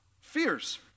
fears